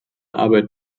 arbeit